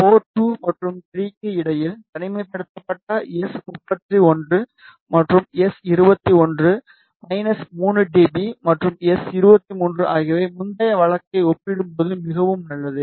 board 2 மற்றும் 3 க்கு இடையில் தனிமைப்படுத்தப்பட்ட எஸ் 31 மற்றும் எஸ் 21 3 டி பி மற்றும் எஸ்23 ஆகியவை முந்தைய வழக்கை ஒப்பிடும்போது மிகவும் நல்லது